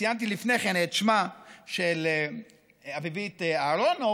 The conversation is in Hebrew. וציינתי לפני כן את שמה של אביבית אהרונוף